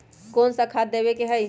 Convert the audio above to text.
कोन सा खाद देवे के हई?